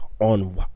on